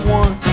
one